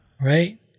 Right